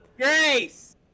Grace